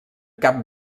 cap